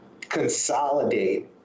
consolidate